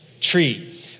tree